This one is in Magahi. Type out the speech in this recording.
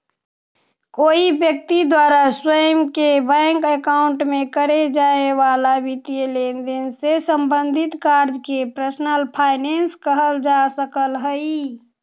कोई व्यक्ति द्वारा स्वयं के बैंक अकाउंट में करे जाए वाला वित्तीय लेनदेन से संबंधित कार्य के पर्सनल फाइनेंस कहल जा सकऽ हइ